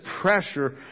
pressure